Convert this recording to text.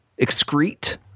excrete